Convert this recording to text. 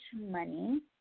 money